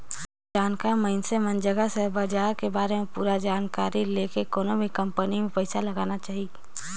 जानकार मइनसे मन जघा सेयर बाजार के बारे में पूरा जानकारी लेके कोनो भी कंपनी मे पइसा लगाना चाही